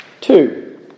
Two